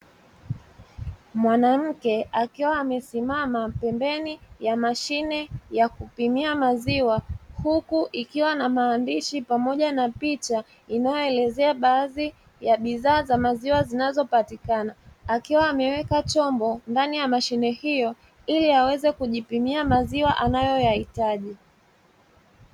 Mwanamke akiwa amesimama pembeni ya mashine ya kupimia maziwa, huku ikiwa na maandishi pamoja na picha, inayoelezea baadhi ya bidhaa za maziwa zinazopatikana; akiwa ameweka chombo ndani ya mashine hiyo ili aweze kujipimia maziwa anayoyahitaji.